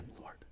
Lord